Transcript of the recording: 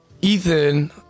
Ethan